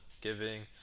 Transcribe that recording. giving